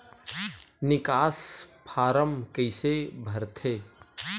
निकास फारम कइसे भरथे?